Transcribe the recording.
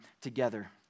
together